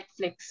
Netflix